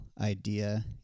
idea